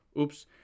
Oops